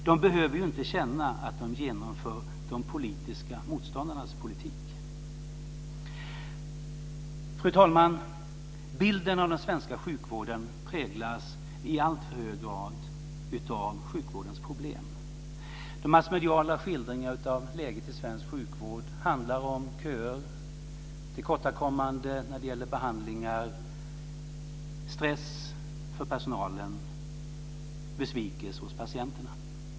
De behöver ju inte känna att de genomför de politiska motståndarnas politik. Fru talman! Bilden av den svenska sjukvården präglas i alltför hög grad av sjukvårdens problem. De massmediala skildringarna av läget i svensk sjukvård handlar om köer, tillkortakommanden när det gäller behandlingar, stress för personalen och besvikelse hos patienterna.